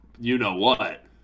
you-know-what